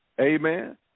Amen